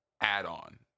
add-on